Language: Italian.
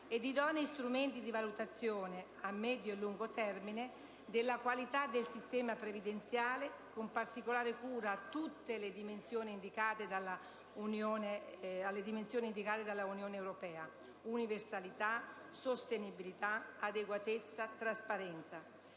ed idonei strumenti di valutazione a medio e lungo termine della qualità del sistema previdenziale, con particolare cura a tutte le dimensioni indicate dalla UE: universalità, sostenibilità, adeguatezza, trasparenza;